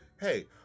Hey